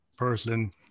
person